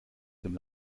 dem